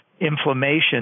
inflammation